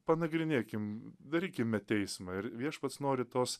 panagrinėkim darykime teismą ir viešpats nori tos